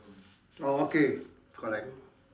oh okay correct